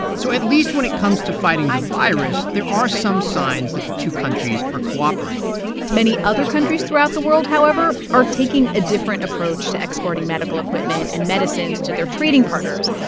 so at least when it comes to fighting the virus, there are some signs that the two countries are cooperating many other countries throughout the world, however, are taking a different approach to exporting medical equipment and medicines to their trading partners.